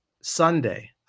Sunday